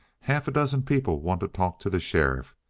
half a dozen people want to talk to the sheriff,